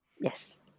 Yes